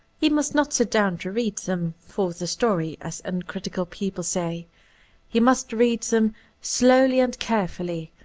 he must not sit down to read them for the story, as uncritical people say he must read them slowly and carefully,